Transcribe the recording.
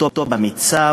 אותו פער במיצ"ב,